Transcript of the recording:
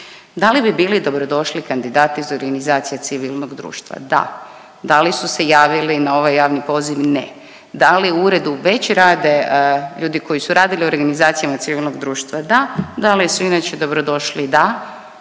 Da li bi bili dobrodošli kandidati za organizacije civilnog društva? Da. Da li su se javili na ovaj javni poziv? Ne. Da li u uredu već rade ljudi koji su radili u organizacijama civilnog društva? Da. Da li su inače dobrodošli? Da.